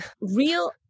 real